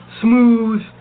smooth